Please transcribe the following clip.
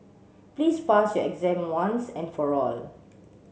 please pass your exam once and for all